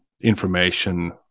information